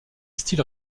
style